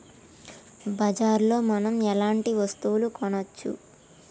బజార్ లో మనం ఎలాంటి వస్తువులు కొనచ్చు?